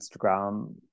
Instagram